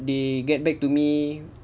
they get back to me